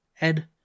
Ed